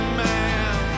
man